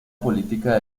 política